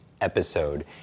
episode